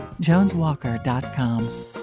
JonesWalker.com